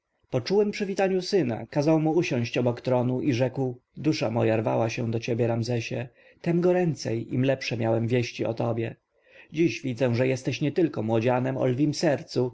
czułem przywitaniu syna kazał mu usiąść obok tronu i rzekł dusza moja rwie się do ciebie ramzesie tem goręcej im lepsze miałem wieści o tobie dziś widzę że jesteś nietylko młodzianem o lwiem sercu